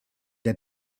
der